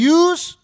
use